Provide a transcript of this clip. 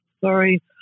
sorry